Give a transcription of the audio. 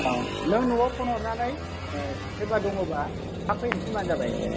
औ नों न'आव फन हरनानै सोरबा दंङबा थाब फैनो थिनबानो जाबाय एसे